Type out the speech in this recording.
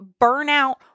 burnout